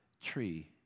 tree